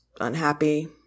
unhappy